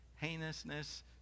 heinousness